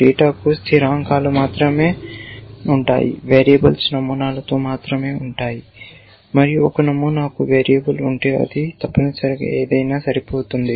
డేటాకు స్థిరాంకాలు మాత్రమే ఉంటాయి వేరియబుల్స్ నమూనాలలో మాత్రమే ఉంటాయి మరియు ఒక నమూనాకు వేరియబుల్ ఉంటే అది తప్పనిసరిగా ఏదైనా సరిపోవచ్చు